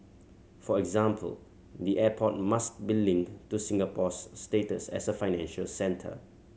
for example the airport must be linked to Singapore's status as a financial centre